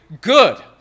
good